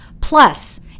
Plus